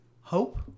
Hope